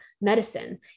medicine